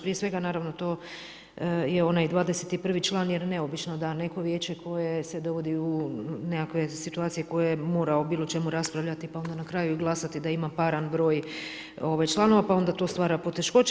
Prije svega naravno to je onaj 21. član jer neobično da neko vijeće koje se dovodi u nekakve situacije koje mora o bilo čemu raspravljati pa onda na kraju glasati da ima paran broj članova pa onda to stvara poteškoće.